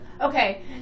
okay